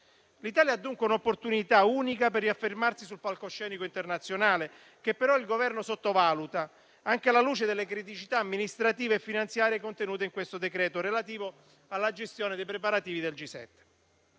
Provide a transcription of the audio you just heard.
L'Italia ha, dunque, un'opportunità unica per riaffermarsi sul palcoscenico internazionale che però il Governo sottovaluta, anche alla luce delle criticità amministrative e finanziarie contenute in questo decreto-legge relativo alla gestione dei preparativi del G7.